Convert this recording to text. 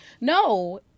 no